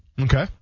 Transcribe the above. Okay